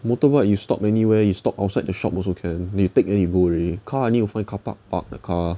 motorbike you stop anywhere you stop outside the shop also can you take then you go already car I need to find carpark park the car